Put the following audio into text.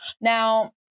Now